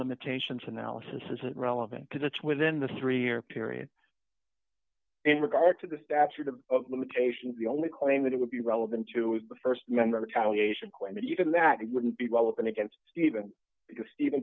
limitations analysis isn't relevant because it's within the three year period in regard to the statute of limitations the only claim that it would be relevant to is the st member retaliation claim but even that wouldn't be relevant against even because even